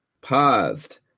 paused